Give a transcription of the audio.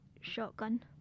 Shotgun